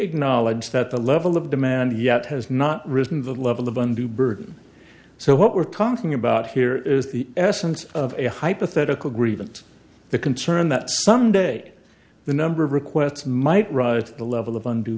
acknowledge that the level of demand yet has not risen to the level of undue burden so what we're talking about here is the essence of a hypothetical grievance the concern that someday the number of requests might rise to the level of und